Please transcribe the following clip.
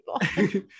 people